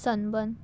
sunburn